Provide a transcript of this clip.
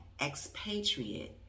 expatriate